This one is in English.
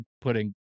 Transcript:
putting